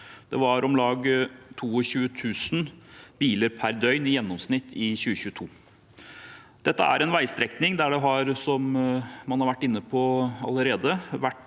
Det var om lag 22 000 biler per døgn i gjennomsnitt i 2022. Dette er en veistrekning der det, som